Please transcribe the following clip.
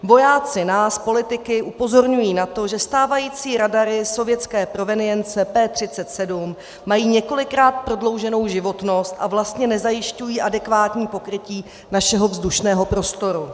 Vojáci nás politiky upozorňují na to, že stávající radary sovětské provenience P37 mají několikrát prodlouženou životnost a vlastně nezajišťují adekvátní pokrytí našeho vzdušného prostoru.